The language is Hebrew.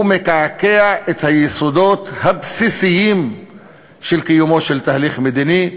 הוא מקעקע את היסודות הבסיסיים של קיומו של תהליך מדיני,